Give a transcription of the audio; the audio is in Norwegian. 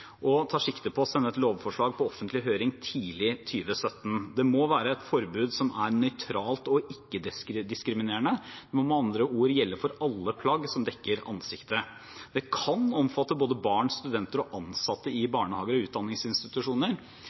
og tar sikte på å sende et lovforslag på offentlig høring tidlig i 2017. Det må være et forbud som er nøytralt og ikke-diskriminerende. Det må med andre ord gjelde alle plagg som dekker ansiktet. Det kan omfatte både barn, studenter og ansatte i barnehager og utdanningsinstitusjoner,